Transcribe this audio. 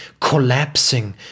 collapsing